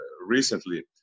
recently